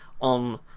on